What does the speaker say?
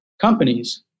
companies